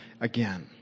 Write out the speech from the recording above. again